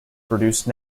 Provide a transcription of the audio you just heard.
produce